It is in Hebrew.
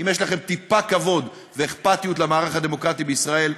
אם יש לכם טיפה כבוד ואכפתיות למערך הדמוקרטי בישראל,